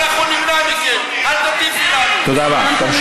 אל תטיפו לנו על אהבת